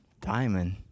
Diamond